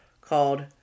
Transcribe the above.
called